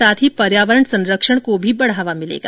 साथ ही पर्यावरण संरक्षण को बढ़ावा मिलेगा